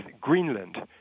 Greenland